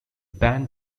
band